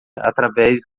através